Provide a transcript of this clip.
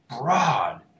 broad